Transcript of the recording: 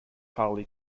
highly